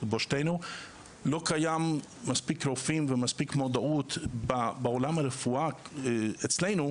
לא קיים מספיק רופאים ומספיק מודעות בעולם הרפואה אצלנו,